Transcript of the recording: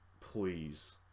please